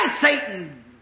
Satan